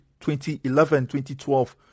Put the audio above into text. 2011-2012